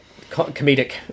comedic